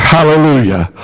Hallelujah